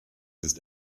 ist